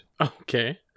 Okay